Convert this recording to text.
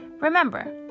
remember